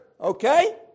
Okay